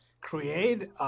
create